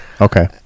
okay